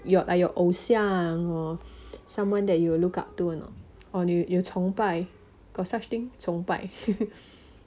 your like your 偶像 or someone that you will look up to you know or 你有你有崇拜 got such thing 崇拜